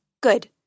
Good